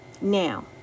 Now